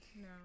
no